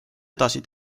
edasi